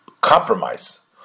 compromise